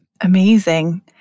Amazing